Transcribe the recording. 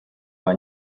han